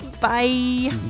Bye